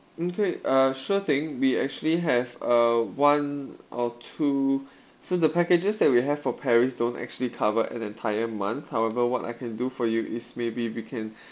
okay uh sure thing we actually have uh one or two so the packages that we have for paris don't actually cover an entire month however what I can do for you is maybe we can